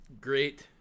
great